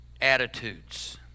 attitudes